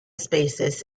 spaces